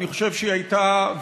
אני חושב שהיא הייתה,